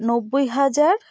নব্বই হাজার